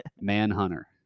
Manhunter